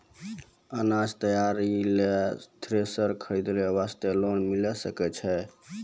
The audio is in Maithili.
अनाज तैयारी लेल थ्रेसर खरीदे वास्ते लोन मिले सकय छै?